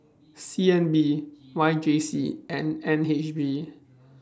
C N B Y J C and N H B